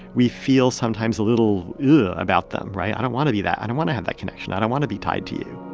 we feel sometimes a little ugh yeah about them, right? i don't want to be that. i don't want to have that connection. i don't want to be tied to you